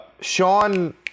Sean